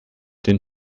den